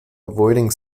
avoiding